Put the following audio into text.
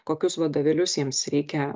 kokius vadovėlius jiems reikia